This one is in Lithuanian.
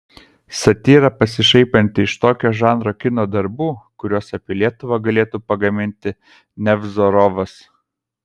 satyra pasišaipanti iš tokio žanro kino darbų kuriuos apie lietuvą galėtų pagaminti nevzorovas